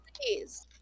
please